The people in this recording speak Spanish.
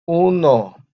uno